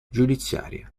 giudiziaria